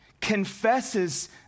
confesses